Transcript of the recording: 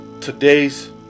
Today's